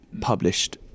published